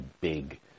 big